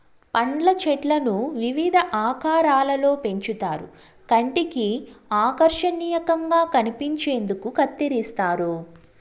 పండ్ల చెట్లను వివిధ ఆకారాలలో పెంచుతారు కంటికి ఆకర్శనీయంగా కనిపించేందుకు కత్తిరిస్తారు